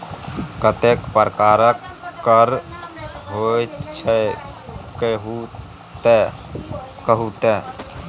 कतेक प्रकारक कर होइत छै कहु तए